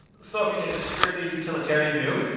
so if you take a strictly utilitarian view,